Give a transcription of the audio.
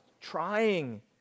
trying